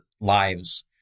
lives